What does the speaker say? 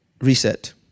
reset